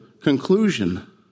conclusion